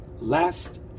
last